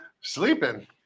Sleeping